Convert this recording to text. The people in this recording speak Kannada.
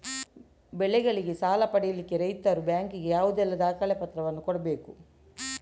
ಬೆಳೆಗಳಿಗೆ ಸಾಲ ಪಡಿಲಿಕ್ಕೆ ರೈತರು ಬ್ಯಾಂಕ್ ಗೆ ಯಾವುದೆಲ್ಲ ದಾಖಲೆಪತ್ರಗಳನ್ನು ಕೊಡ್ಬೇಕು?